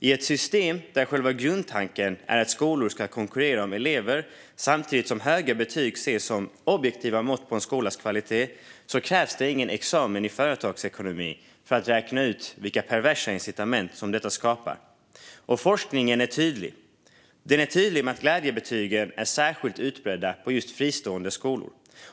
I ett system där själva grundtanken är att skolor ska konkurrera om elever samtidigt som höga betyg ses som objektiva mått på en skolas kvalitet krävs det ingen examen i företagsekonomi för att räkna ut vilka perversa incitament som detta skapar. Forskningen är tydlig med att glädjebetygen är särskilt utbredda på just fristående skolor.